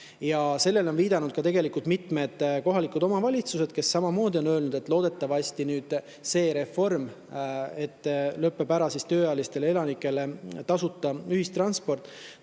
Sellele on viidanud ka mitmed kohalikud omavalitsused, kes samamoodi on öelnud, et loodetavasti see reform, millega kaob tööealistel elanikel tasuta ühistransport,